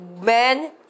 men